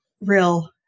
real